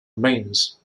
remains